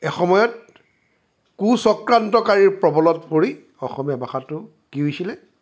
এসময়ত কুচক্ৰান্তকাৰীৰ কবলত পৰি অসমীয়া ভাষাটো কি হৈছিলে